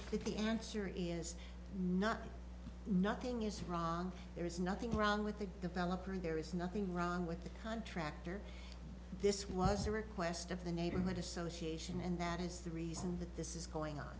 that the answer is not nothing is wrong there is nothing wrong with the developer there is nothing wrong with the contractor this was the request of the neighborhood association and that is the reason that this is going on